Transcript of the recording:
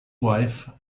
wife